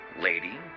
Lady